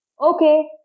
Okay